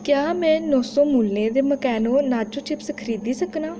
क्या में नो सो मुल्ले दे मकैनो नाचो चिप्स खरीदी सकनां